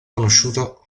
conosciuto